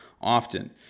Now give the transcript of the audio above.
often